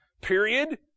period